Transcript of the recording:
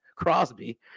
Crosby